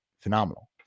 Phenomenal